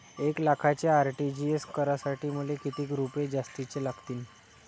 एक लाखाचे आर.टी.जी.एस करासाठी मले कितीक रुपये जास्तीचे लागतीनं?